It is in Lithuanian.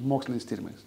moksliniais tyrimais